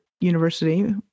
university